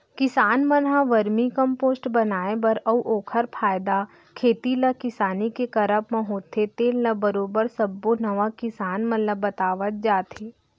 किसान मन ह वरमी कम्पोस्ट बनाए बर अउ ओखर फायदा ल खेती किसानी के करब म होथे तेन ल बरोबर सब्बो नवा किसान मन ल बतावत जात हे